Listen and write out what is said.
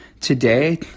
today